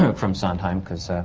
um from sondheim, because.